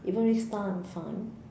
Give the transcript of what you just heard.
even which star I'm fine